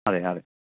അതെയതെ